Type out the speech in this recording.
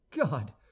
god